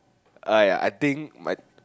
I I think my